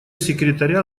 секретаря